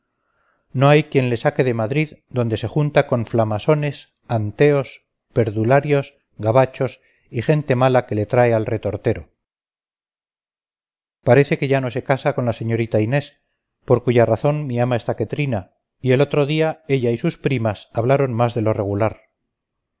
no hay quien le saque de madrid donde se junta con